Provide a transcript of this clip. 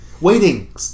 Waiting